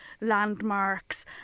landmarks